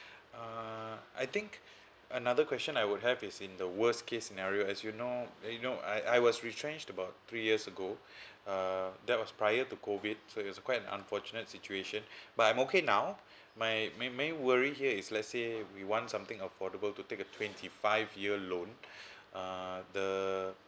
uh I think another question I would have is in the worst case scenario as you know you know I I was retrenched about three years ago uh that was prior to COVID so it's quite an unfortunate situation but I'm okay now my my main worry here is let's say we want something affordable to take a twenty five year loan uh the